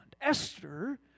Esther